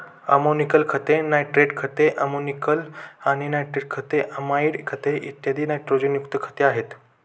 ammoniacal खते, nitrate खते, ammoniacal आणि नायट्रेट खते, अमाइड खते, इत्यादी नायट्रोजनयुक्त खते आहेत